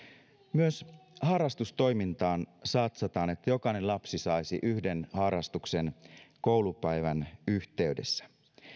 myös harrastustoimintaan satsataan että jokainen lapsi saisi yhden harrastuksen koulupäivän yhteydessä